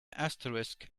asterisk